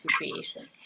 situation